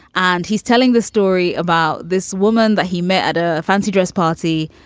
and he's telling the story about this woman that he met at a fancy dress party.